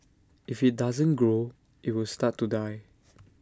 if IT doesn't grow IT will start to die